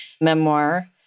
memoir